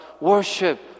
Worship